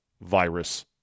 virus